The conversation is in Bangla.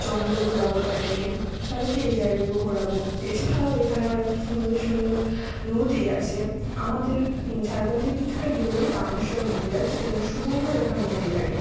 জঙ্গল ঘোরাবো তাদেরকে তাদেরকে এই জায়গাগুলো ঘোরাবো এছাড়াও এখানে অনেক সুন্দর সুন্দর নদী আছে আমাদের ঝাড়গ্রাম থেকে কিছুটা গেলেই রামেশ্বর মন্দির আছে যেখানে সুবর্ণরেখা নদী থাকে